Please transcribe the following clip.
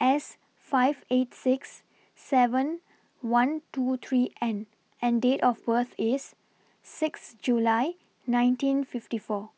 S five eight six seven one two three N and Date of birth IS six July nineteen fifty four